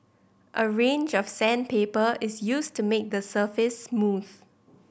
a range of sandpaper is used to make the surface smooth